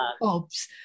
Bob's